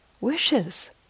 wishes